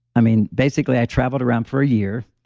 i mean, basically, i traveled around for a year,